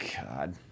God